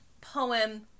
poem